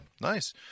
Nice